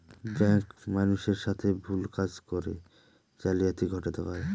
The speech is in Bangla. ব্যাঙ্ক মানুষের সাথে ভুল কাজ করে জালিয়াতি ঘটাতে পারে